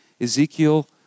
Ezekiel